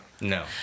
No